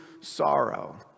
sorrow